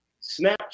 Snapchat